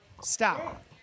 Stop